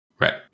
Right